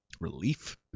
Relief